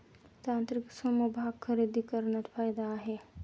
तांत्रिक समभाग खरेदी करण्यात फायदा आहे